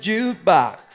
Jukebox